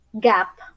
gap